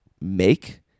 Make